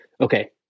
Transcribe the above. okay